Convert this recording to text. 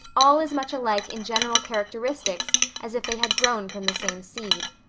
all as much alike in general characteristics as if they had grown from the same seed.